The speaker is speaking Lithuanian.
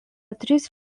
trys